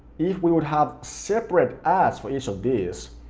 if we would have separate ads for each of these,